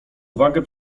uwagę